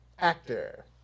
actor